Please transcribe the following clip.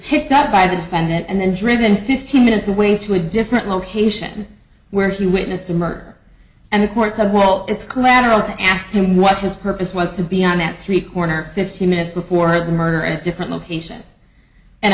picked up by the defendant and then driven fifteen minutes away to a different location where he witnessed the murder and of course of all it's collateral to ask him what his purpose was to be on that street corner fifteen minutes before the murder at different location and